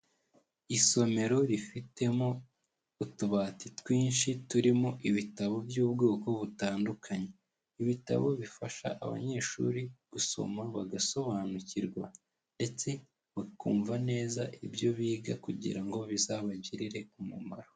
Isomero rifitemo utubati twinshi turimo ibitabo by'ubwoko butandukanye, ibitabo bifasha abanyeshuri gusoma bagasobanukirwa ndetse bakumva neza ibyo biga kugira ngo bizabagirire umumaro.